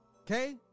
Okay